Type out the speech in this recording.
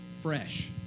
fresh